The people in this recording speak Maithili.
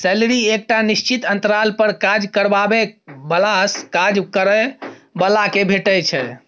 सैलरी एकटा निश्चित अंतराल पर काज करबाबै बलासँ काज करय बला केँ भेटै छै